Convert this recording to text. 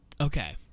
Okay